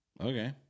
okay